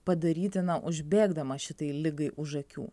padaryti na užbėgdamas šitai ligai už akių